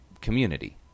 community